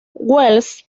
wells